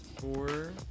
four